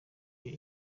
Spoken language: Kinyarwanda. iyo